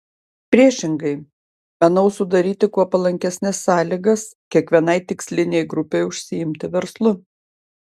priešingai manau sudaryti kuo palankesnes sąlygas kiekvienai tikslinei grupei užsiimti verslu